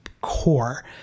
core